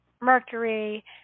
mercury